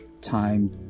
time